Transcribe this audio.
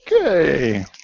Okay